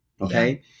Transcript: okay